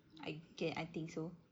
I get I think so